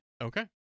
okay